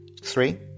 Three